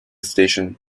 station